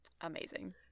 amazing